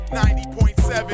90.7